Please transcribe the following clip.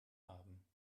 haben